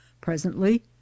Presently